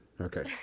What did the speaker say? Okay